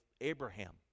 Abraham